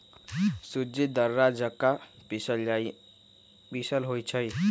सूज़्ज़ी दर्रा जका पिसल होइ छइ